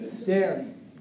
Staring